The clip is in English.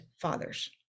fathers